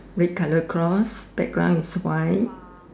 red colour cloth background is white